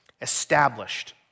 established